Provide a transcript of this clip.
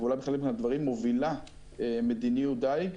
ואולי בחלק מהדברים מובילה מדיניות דייג,